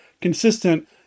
consistent